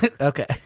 Okay